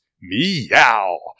Meow